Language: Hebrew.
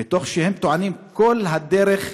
ותוך שהם טוענים כל הדרך,